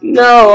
no